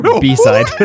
b-side